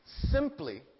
simply